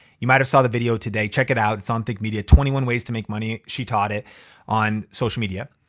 you might've saw the video today, check it out. it's on think media, twenty one ways to make money. she taught it on social media.